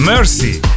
Mercy